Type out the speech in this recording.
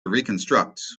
reconstruct